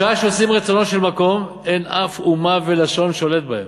בשעה שעושים רצונו של מקום אין אף אומה ולשון שולטת בהם,